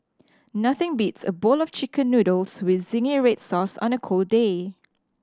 nothing beats a bowl of Chicken Noodles with zingy red sauce on a cold day